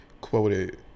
quoted